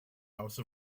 house